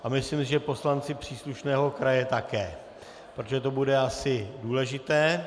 A myslím si, že poslanci příslušného kraje také, protože to bude asi důležité.